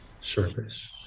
service